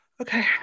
Okay